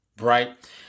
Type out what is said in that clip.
Right